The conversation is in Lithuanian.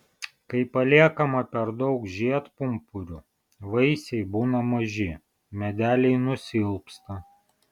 kai paliekama per daug žiedpumpurių vaisiai būna maži medeliai nusilpsta